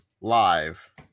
live